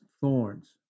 thorns